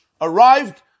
arrived